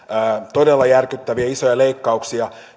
todella järkyttäviä isoja leikkauksia